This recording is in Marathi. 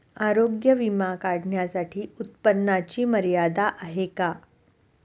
आरोग्य विमा काढण्यासाठी उत्पन्नाची मर्यादा आहे का?